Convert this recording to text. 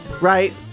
right